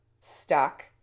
stuck